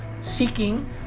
seeking